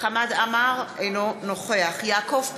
חמד עמאר, אינו נוכח יעקב פרי,